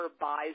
buys